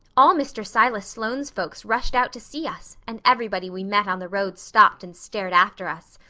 all mr. silas sloane's folks rushed out to see us and everybody we met on the road stopped and stared after us.